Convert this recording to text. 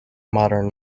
modern